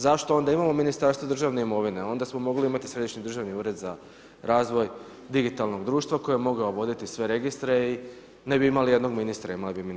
Zašto onda imamo Ministarstvo državne imovine, onda smo mogli imati središnji državni ured za razvoj digitalnog društva koji je mogao voditi sve registre i ne bi imali jednog ministra, imali bi ministra manje.